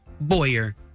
Boyer